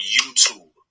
YouTube